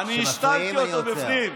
אני השתלתי אותו בפנים,